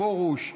מאיר פרוש,